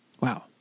Wow